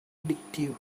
addictive